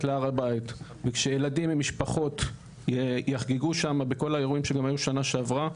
להר הבית כשילדים עם משפחות יחגגו שם בכל האירועים שגם היו שנה שעברה,